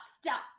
stop